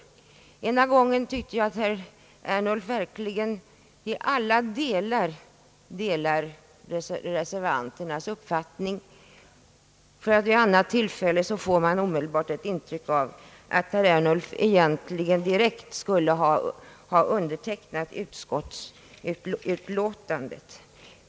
Den ena gången tycker jag att herr Ernulf helt delar reservanternas uppfattning samtidigt som jag en annan gång får ett intryck av att herr Ernulf lika gärna kunde ha tillhört utskottsmajoriteten.